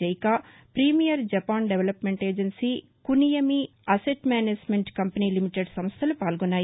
JICA premier Japan development agency కునియమి asset management company limited సంస్దలు పాల్గొన్నాయి